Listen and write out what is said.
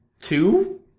two